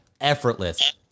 effortless